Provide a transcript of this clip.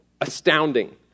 astounding